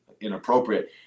inappropriate